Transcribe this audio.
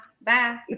Bye